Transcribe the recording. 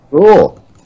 cool